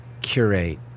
curate